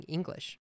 English